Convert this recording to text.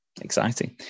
exciting